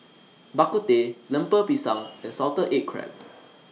Bak Kut Teh Lemper Pisang and Salted Egg Crab